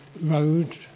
road